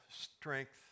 strength